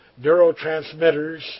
neurotransmitters